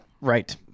Right